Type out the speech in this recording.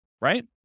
right